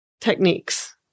techniques